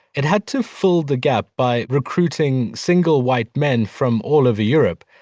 it had to fill the gap by recruiting single white men from all over europe.